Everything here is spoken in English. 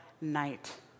night